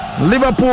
Liverpool